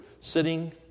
sitting